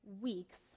weeks